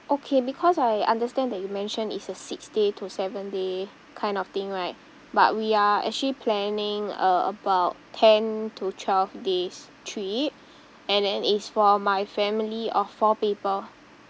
okay because I understand that you mentioned it's a six day to seven day kind of thing right but we are actually planning uh about ten to twelve days trip and then it's for my family of four people